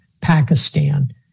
Pakistan